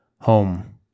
Home